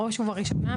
בראש ובראשונה,